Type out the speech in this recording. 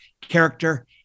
character